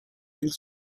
exit